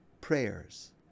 prayers